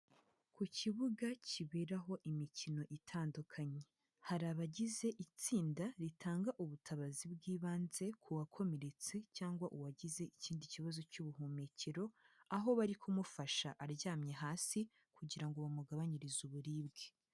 Ku kibuga kiberaho imikino itandukanye. Hari abagize itsinda ritanga ubutabazi bw'ibanze k'uwakomeretse cyangwa uwagize ikindi kibazo cy'ubuhumekero, aho bari kumufasha aryamye hasi kugira ngo bamugabanyirize uburibwe.